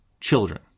children